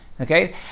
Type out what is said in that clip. Okay